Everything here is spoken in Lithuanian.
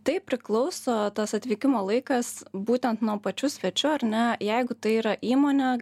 tai priklauso tas atvykimo laikas būtent nuo pačių svečių ar ne jeigu tai yra įmonė